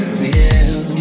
real